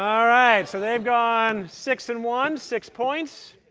all right, so they've gone six and one six points.